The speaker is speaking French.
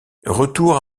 retour